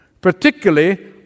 particularly